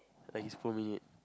at least for me